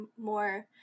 more